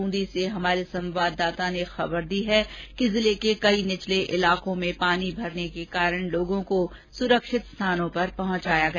बूंदी से हमारे संवाददाता ने खबर दी है कि जिले के कई निचले इलाकों में पानी भरने के कारण लोगों को सुरक्षित स्थानों पर पहंचाया गया